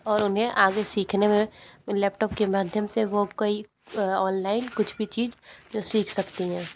और उन्हें आगे सीखने में लैपटॉप के माध्यम से वो कोई ऑनलाइन कुछ भी चीज़ सीख सकती हैं